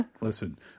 Listen